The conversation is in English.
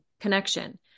connection